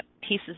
pieces